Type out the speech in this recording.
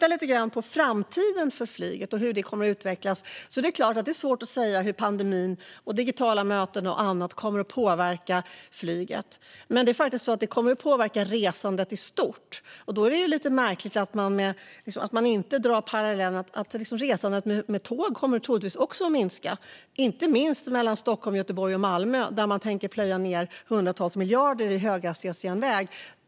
Det är självklart svårt att säga hur pandemin, digitala möten och annat kommer att påverka flyget och hur det hela utvecklas i framtiden. Men detta kommer ju att påverka resandet i stort. Det är därför märkligt att man inte drar en parallell med tågresandet och att det troligtvis också kommer att minska, inte minst mellan Stockholm, Göteborg och Malmö där man tänker plöja ned hundratals miljarder i höghastighetsjärnväg.